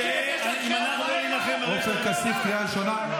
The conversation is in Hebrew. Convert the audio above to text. אם אנחנו לא נילחם, עופר כסיף, קריאה ראשונה.